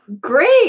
Great